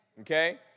Okay